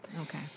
Okay